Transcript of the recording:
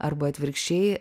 arba atvirkščiai